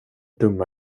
dumma